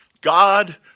God